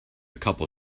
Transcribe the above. couple